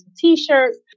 t-shirts